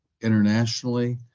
internationally